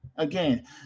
Again